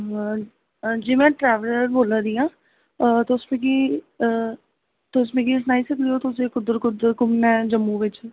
हां जी मै ट्रेवलर बोला दी आं तुस मिगी तुस मिगी सनाई सकदे ओ तुसें कुद्धर कुद्धर घूमना ऐ जम्मू बिच्च